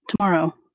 tomorrow